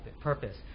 purpose